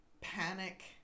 panic